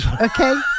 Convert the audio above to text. okay